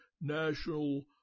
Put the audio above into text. national